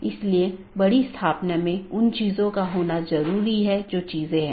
इसलिए आज हम BGP प्रोटोकॉल की मूल विशेषताओं पर चर्चा करेंगे